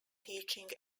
teaching